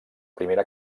primera